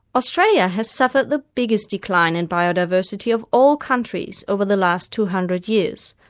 australia has suffered the biggest decline in biodiversity of all countries over the last two hundred years,